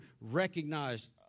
recognized